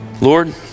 Lord